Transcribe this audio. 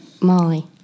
Molly